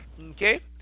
okay